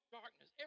darkness